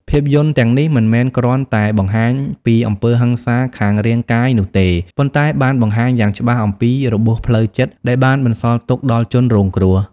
ភាពយន្តទាំងនេះមិនមែនគ្រាន់តែបង្ហាញពីអំពើហិង្សាខាងរាងកាយនោះទេ ប៉ុន្តែបានបង្ហាញយ៉ាងច្បាស់អំពី របួសផ្លូវចិត្ត ដែលបានបន្សល់ទុកដល់ជនរងគ្រោះ។